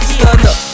Stunner